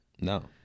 No